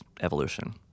evolution